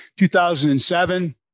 2007